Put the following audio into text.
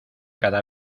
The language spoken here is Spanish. cada